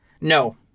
No